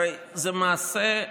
הרי זה מעשה,